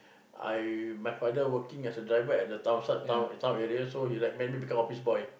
I my father working as a driver at the town side town town area so he like made me become office boy